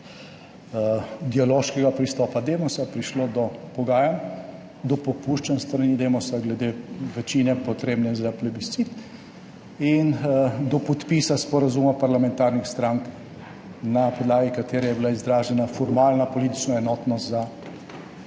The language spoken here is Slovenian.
dialoškega pristopa Demosa prišlo do pogajanj, do popuščanj s strani Demosa glede večine, potrebne za plebiscit, in do podpisa sporazuma parlamentarnih strank, na podlagi katerega je bila izražena formalna politična enotnost za